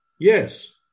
Yes